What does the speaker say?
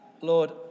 Lord